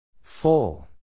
Full